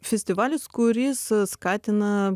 festivalis kuris skatina